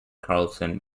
carlson